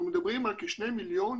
אנחנו מדברים על כ-2 מיליון